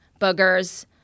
boogers